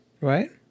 Right